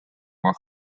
vahel